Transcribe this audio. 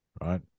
right